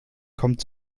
kommt